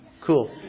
Cool